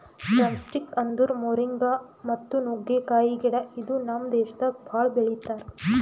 drumsticks ಅಂದುರ್ moringa ಮತ್ತ ನುಗ್ಗೆಕಾಯಿ ಗಿಡ ಇದು ನಮ್ ದೇಶದಾಗ್ ಭಾಳ ಬೆಳಿತಾರ್